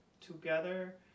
together